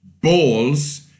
balls